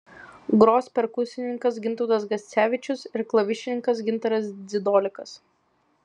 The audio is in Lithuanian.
gros perkusininkas gintautas gascevičius ir klavišininkas gintaras dzidolikas